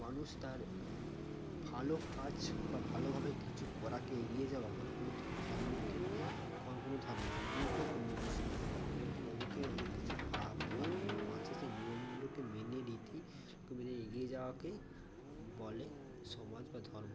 মানুষ তার ভালো কাজ বা ভালোভাবে কিছু করাকে এগিয়ে যাওয়া মানে কোনো ধর্মকে কোনো কোনো ধর্ম হিন্দু হোক মুসলিম হোক অনেকে অনেকে অনেক কিছু পাপ বা নিয়ম আছে সেই নিয়মগুলোকে মেনে নীতিকে মেনে এগিয়ে যাওয়াকেই বলে সমাজ বা ধর্ম